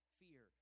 fear